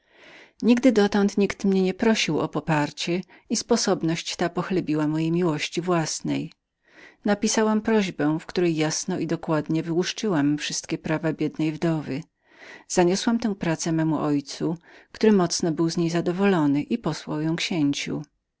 nigdy dotąd nikt mnie nie prosił o wstawienie sposobność ta pochlebiła mojej miłości własnej napisałem prośbę w której dość jasno i dokładnie wyłuszczyłam wszystkie prawa biednej wdowy zaniosłam tę pracę memu ojcu który mocno był z niej zadowolony i posłał ją księciu